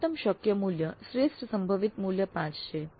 મહત્તમ શક્ય મૂલ્ય શ્રેષ્ઠ સંભવિત મૂલ્ય 5 છે